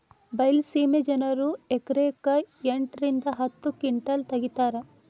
ಬೈಲಸೇಮಿ ಜನರು ಎಕರೆಕ್ ಎಂಟ ರಿಂದ ಹತ್ತ ಕಿಂಟಲ್ ತಗಿತಾರ